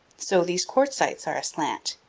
so these quartzites are aslant,